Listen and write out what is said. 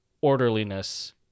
orderliness